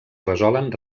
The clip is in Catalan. resolen